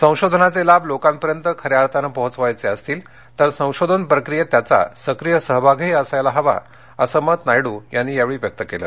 संशोधनाचे लाभ लोकांपर्यंत खऱ्या अर्थाने पोहोचवायचे असतील तर संशोधन प्रक्रीयेत त्यांचा सक्रीय सहभाग ही असायला हवा असं मत नायडू यांनी यावेळी व्यक्त केलं